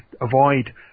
avoid